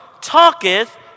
talketh